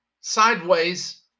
sideways